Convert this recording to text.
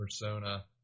persona